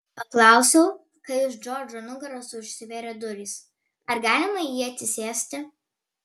paklausiau kai už džordžo nugaros užsivėrė durys ar galima į jį atsisėsti